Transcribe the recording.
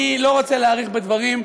אני לא רוצה להאריך בדברים,